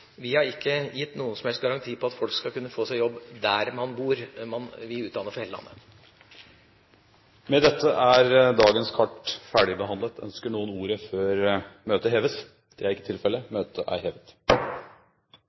Vi har ikke gitt noen som helst garanti for at folk skal kunne få seg jobb der de bor. Vi utdanner for hele landet. Med dette er dagens kart ferdigbehandlet. Forlanger noen ordet før møtet heves? – Møtet er hevet.